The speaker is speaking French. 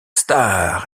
star